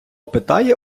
питає